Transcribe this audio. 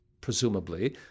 presumably